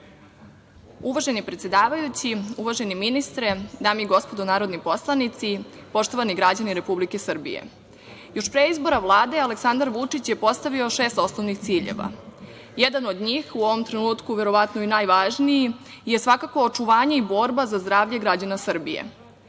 Uvaženi predsedavajući, uvaženi ministre, dame i gospodo narodni poslanici, poštovani građani Republike Srbije, još pre izbora Vlade Aleksandar Vučić je postavio šest osnovnih ciljeva. Jedan od njih u ovom trenutku, verovatno i najvažniji je svakako očuvanje i borba za zdravlje građana Srbije.U